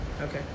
Okay